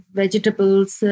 vegetables